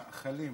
המאכלים.